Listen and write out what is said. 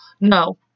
No